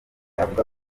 avuga